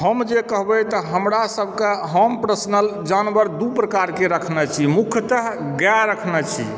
हम जे कहबे तऽ हमरासभ के हम पर्सनल जानवर दू प्रकार के रखने छी मुख्यत गाय रखने छी